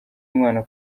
umwana